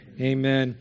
Amen